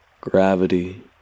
gravity